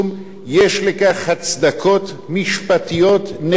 יש לכך הצדקות משפטיות נכונות.